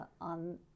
on